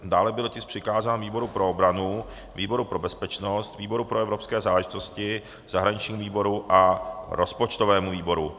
Dále byl tisk přikázán výboru pro obranu, výboru pro bezpečnost, výboru pro evropské záležitosti, zahraničnímu výboru a rozpočtovému výboru.